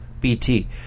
Bt